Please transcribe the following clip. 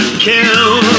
kill